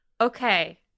Okay